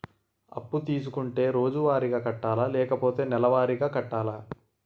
అప్పు తీసుకుంటే రోజువారిగా కట్టాలా? లేకపోతే నెలవారీగా కట్టాలా?